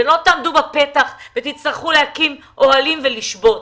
ולא תעמדו בפתח ותצטרכו להקים אוהלים ולשבות.